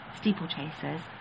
steeplechasers